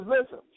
listen